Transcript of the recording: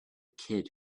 kid